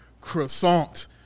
croissant